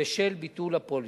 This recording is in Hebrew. בשל ביטול הפוליסה.